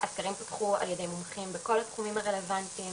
הסקרים פותחו על ידי מומחים בכל התחומים הרלוונטיים,